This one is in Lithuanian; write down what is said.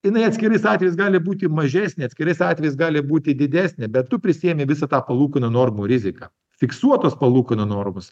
jinai atskirais atvejais gali būti mažesnė atskirais atvejais gali būti didesnė bet tu prisiimi visą tą palūkanų normų riziką fiksuotos palūkanų normos